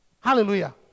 Hallelujah